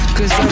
Cause